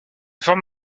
forme